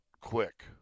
quick